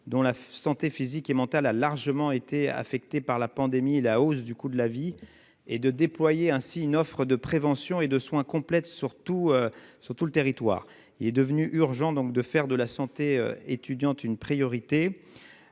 dont la santé physique et mentale a été gravement affectée par la pandémie et par la hausse du coût de la vie, en déployant une offre complète de prévention et de soins sur l'ensemble du territoire. Il est devenu urgent de faire de la santé étudiante une priorité.